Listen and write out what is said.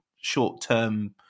short-term